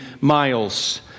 miles